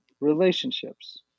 relationships